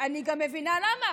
עכשיו אני גם מבינה למה,